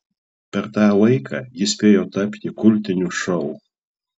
per tą laiką jis spėjo tapti kultiniu šou